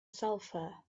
sulfur